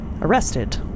arrested